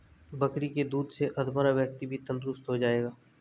बकरी के दूध से अधमरा व्यक्ति भी तंदुरुस्त हो जाएगा